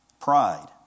Pride